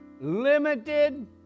limited